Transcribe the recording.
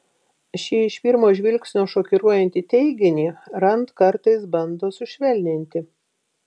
šį iš pirmo žvilgsnio šokiruojantį teiginį rand kartais bando sušvelninti